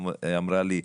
היא אמרה לי,